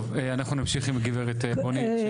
טוב, אנחנו נמשיך עם הגב' רונית.